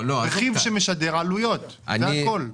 רכיב שמשדר עלויות, זה הכול.